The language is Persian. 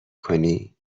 کنی